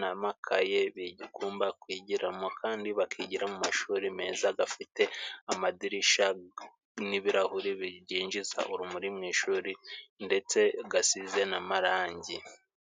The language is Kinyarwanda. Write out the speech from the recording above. n'amakaye bagomba kwigiramo, kandi bakigira mu mashuri meza, afite amadirishya n'ibirahuri byinjiza urumuri mu ishuri, ndetse asize namarangi.